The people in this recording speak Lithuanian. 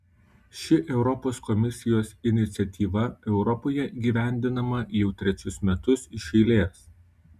ši europos komisijos iniciatyva europoje įgyvendinama jau trečius metus iš eilės